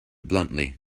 bluntly